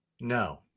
No